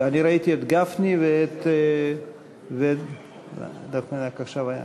אני ראיתי את גפני ואת דב חנין.